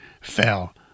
fell